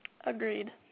agreed